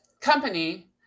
company